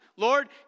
Lord